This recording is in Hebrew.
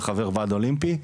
וחבר ועד אולימפי,